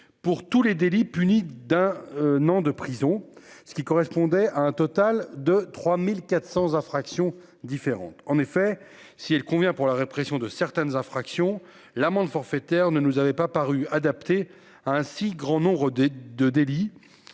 Pour tous les délits punis d'un nom de prison ce qui correspondait à un total de 3400 infractions différentes en effet si elle convient pour la répression de certaines infractions l'amende forfaitaire ne nous avait pas paru adapté à un si grand non rodées de délit.